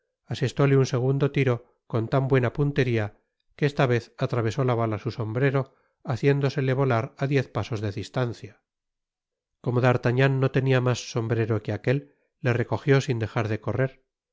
asestóle un segundo tiro con tan buena puntería que esta vez atravesó la bala su sombrero haciéndosele volar á diez pasos de distancia como d'artagnan no tenia mas sombrero que aquél le recogió sin dejar de correr